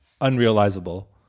unrealizable